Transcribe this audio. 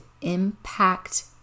impact